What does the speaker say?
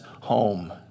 home